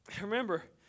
Remember